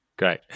Great